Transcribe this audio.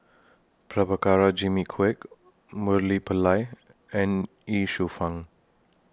Prabhakara Jimmy Quek Murali Pillai and Ye Shufang